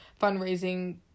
fundraising